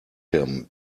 him